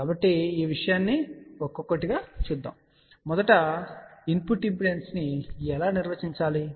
కాబట్టి ఈ విషయాలన్నీ ఒక్కొక్కటిగా చూద్దాం కాబట్టి మొదట ఇన్పుట్ ఇంపిడెన్స్ ను ఎలా నిర్వచించాలి